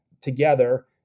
together